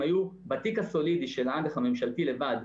הם היו בתיק הסולידי של האג"ח הממשלתי לבד,